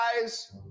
guys